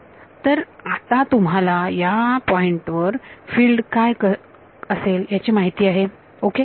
तर आता तुम्हाला या पॉईंट वर फिल्ड काय असेल याची माहिती आहे ओके